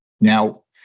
Now